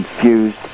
confused